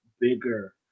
bigger